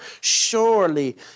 Surely